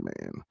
man